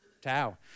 Tau